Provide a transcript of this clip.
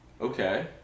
Okay